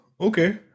Okay